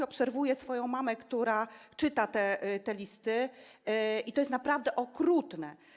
Obserwuję swoją mamę, która czyta te listy, i to jest naprawdę okrutne.